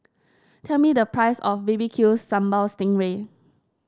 tell me the price of B B Q Sambal Sting Ray